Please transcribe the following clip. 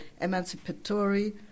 emancipatory